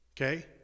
okay